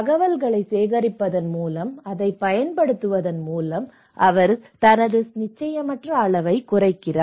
தகவல்களைப் சேகரிப்பதன் மூலம் அதைப் பயன்படுத்துவதன் மூலம் அவர் தனது நிச்சயமற்ற அளவைக் குறைக்கிறார்